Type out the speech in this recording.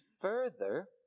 further